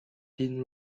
thin